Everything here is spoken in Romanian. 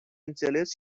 înțeles